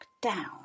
down